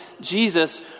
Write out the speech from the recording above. Jesus